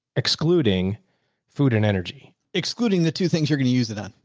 excluding food and energy. excluding the two things you're going to use it on.